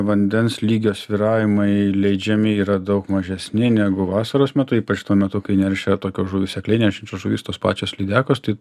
vandens lygio svyravimai leidžiami yra daug mažesni negu vasaros metu ypač tuo metu kai neršia tokios žuvys aklinės žuvys tos pačios lydekos tai